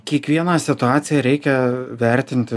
kiekvieną situaciją reikia vertinti